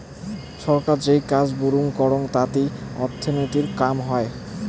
ছরকার যেই কাজা বুরুম করং তাতি অর্থনীতির কাম হই